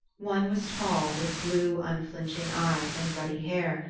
one was tall with blue, unflinching eyes and ruddy hair,